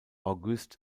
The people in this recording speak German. auguste